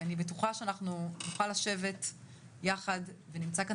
אני בטוחה שאנחנו נוכל לשבת יחד ונמצא כאן